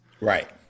Right